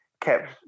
kept